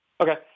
Okay